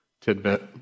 tidbit